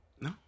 no